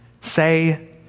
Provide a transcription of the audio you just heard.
say